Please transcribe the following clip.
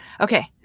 Okay